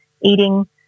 eating